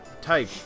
type